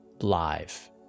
live